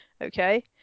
Okay